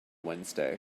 wednesday